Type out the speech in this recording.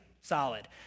solid